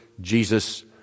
Jesus